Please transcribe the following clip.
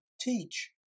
teach